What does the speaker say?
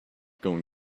going